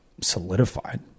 solidified